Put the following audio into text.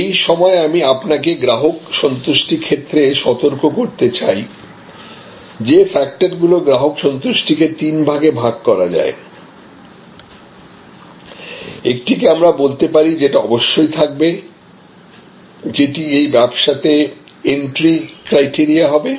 এই সময় আমি আপনাকে গ্রাহক সন্তুষ্টি ক্ষেত্রে সতর্ক করতে চাই যে ফ্যাক্টরগুলো গ্রাহক সন্তুষ্টি কে তিন ভাগে ভাগ করা যায় একটিকে আমরা বলতে পারি যেটা অবশ্যই থাকবে যেটা এই ব্যবসাতে এন্ট্রি ক্রাইটেরিয়া হবে